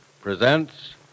presents